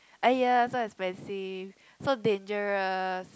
!aiya! so expensive so dangerous